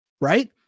right